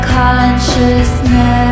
consciousness